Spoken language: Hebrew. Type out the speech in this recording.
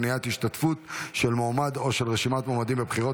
מניעת השתתפות של מועמד או של רשימת מועמדים בבחירות),